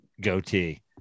goatee